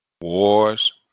Wars